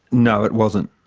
no, it wasn't.